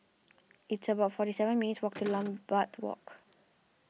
it's about forty seven minutes' walk to Lambeth Walk